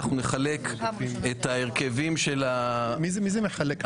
נחלק את ההרכבים --- מי זה מחלק?